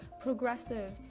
progressive